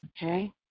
Okay